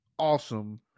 Awesome